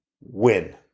win